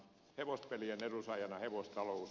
hevospelien edunsaajana hevostalous